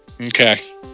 okay